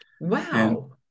Wow